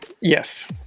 Yes